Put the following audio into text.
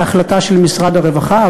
זו החלטה של משרד הרווחה,